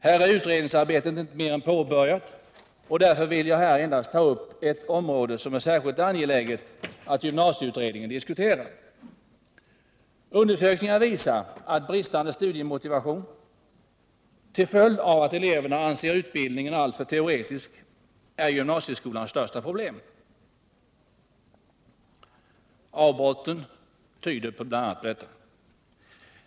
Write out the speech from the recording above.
Här är utredningsarbetet inte mer än påbörjat, och därför vill jag endast ta upp ett område som det är särskilt angeläget att gymnasieutredningen diskuterar. Undersökningar visar att bristande studiemotivation, till följd av att eleverna anser utbildningen alltför teoretisk, är gymnasieskolans största problem. BI. a. avbrotten tyder på detta.